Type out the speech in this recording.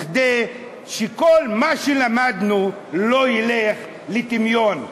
כדי שכל מה שלמדנו לא ירד לטמיון.